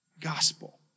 gospel